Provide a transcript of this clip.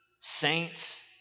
saints